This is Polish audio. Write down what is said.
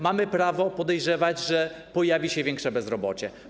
Mamy prawo podejrzewać, że pojawi się większe bezrobocie.